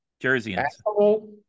Jerseyans